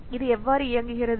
இது எவ்வாறு இயங்குகிறது